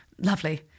lovely